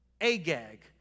Agag